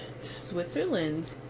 Switzerland